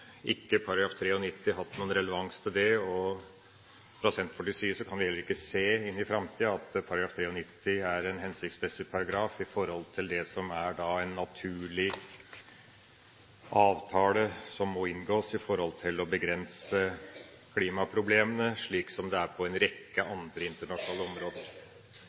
ikke § 93 hatt noen relevans til det, og fra Senterpartiets side kan vi heller ikke se at § 93 er en hensiktsmessig paragraf i framtida med hensyn til det som er en naturlig avtale som må inngås for å begrense klimaproblemene, slik som det er på en rekke andre internasjonale områder.